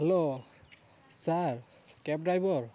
hello sir cab driver